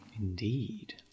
Indeed